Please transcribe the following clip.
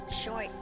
Short